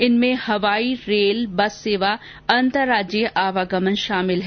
इनमें हवाई rail bus सेवा अंतराज्यीय आवागमन शामिल है